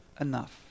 enough